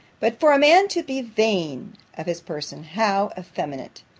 but for a man to be vain of his person, how effeminate!